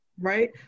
right